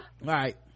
Right